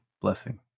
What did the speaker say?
blessing